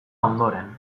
ondoren